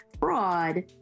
fraud